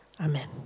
Amen